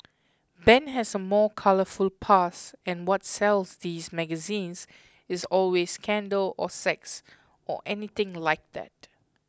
Ben has a more colourful past and what sells these magazines is always scandal or sex or anything like that